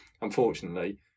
Unfortunately